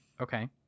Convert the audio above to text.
Okay